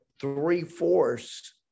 three-fourths